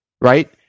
right